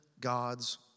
God's